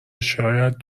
شاید